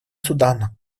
судана